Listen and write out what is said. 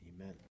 Amen